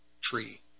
tree